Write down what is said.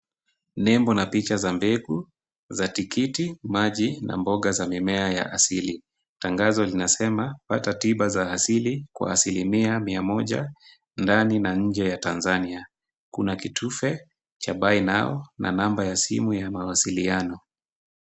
Nembo la picha za mbegu za tikitimaji na mboga za mimea ya asili. Tangazo linasema pata tiba za asili kwa asilimia mia moja ndani na nje ya Tanzania. Kuna kitufe cha buy now na namba ya simu ya mawasiliano.